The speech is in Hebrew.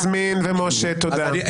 יסמין ומשה, תודה.